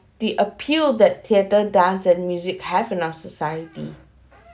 the appeal that theatre dance and music have in our society